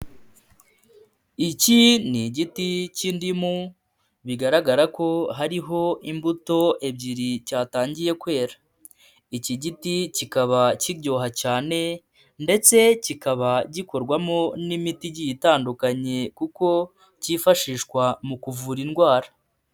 Iki ni igiti cy'indimu bigaragara ko hariho imbuto ebyiri cyatangiye kwera, iki giti kikaba kiryoha cyane ndetse kikaba gikorwamo n'imiti igiye itandukanye kuko cyifashishwa mu kuvura indwara.